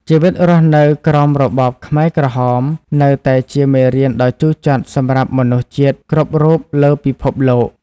ជីវិតរស់នៅក្រោមរបបខ្មែរក្រហម នៅតែជាមេរៀនដ៏ជូរចត់សម្រាប់មនុស្សជាតិគ្រប់រូបលើពិភពលោក។